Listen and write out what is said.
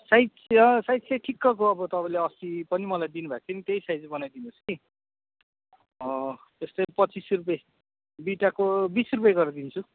size size चाहिँ ठिक्कको अब तपाईँले अस्ति पनि तपाईँले मलाई दिनुभएको थियो नि त्यही साइज बनाइदिनुहोस् कि त्यस्तै पच्चिस रुपियाँ बिटाको बिस रुपियाँ गरेर दिन्छु